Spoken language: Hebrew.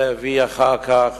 זה הביא אחר כך